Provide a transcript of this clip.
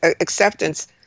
acceptance